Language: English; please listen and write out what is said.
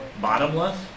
bottomless